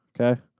Okay